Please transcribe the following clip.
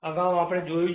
અગાઉ આપણે તે જોયું છે